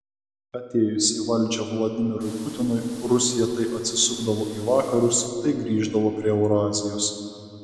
atėjus į valdžią vladimirui putinui rusija tai atsisukdavo į vakarus tai grįždavo prie eurazijos